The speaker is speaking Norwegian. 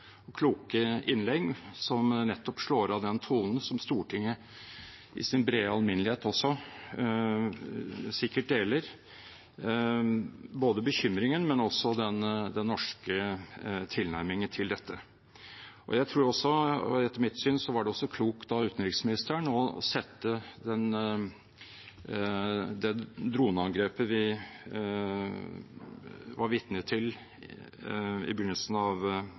og kloke innlegg, som nettopp slår an den tonen som Stortinget i sin brede alminnelighet også sikkert deler, både bekymringen og den norske tilnærmingen til dette. Etter mitt syn var det også klokt av utenriksministeren å sette det droneangrepet vi var vitne til i begynnelsen av